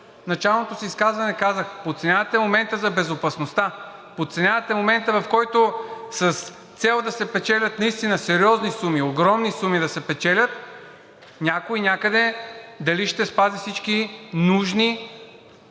началното си изказване казах: подценявате момента за безопасността, подценявате момента, в който, с цел да се печелят наистина сериозни суми, огромни суми да се печелят, някой някъде дали ще спази всички нужни